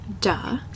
Duh